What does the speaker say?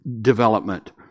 development